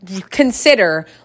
consider